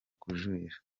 kujurira